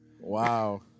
Wow